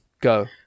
go